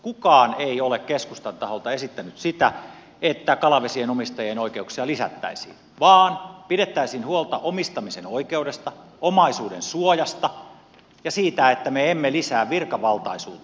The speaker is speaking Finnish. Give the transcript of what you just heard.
kukaan ei ole keskustan taholta esittänyt sitä että kalavesien omistajien oikeuksia lisättäisiin vaan on esitetty että pidettäisiin huolta omistamisen oikeudesta omaisuudensuojasta ja siitä että me emme lisää virkavaltaisuutta